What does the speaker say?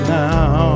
now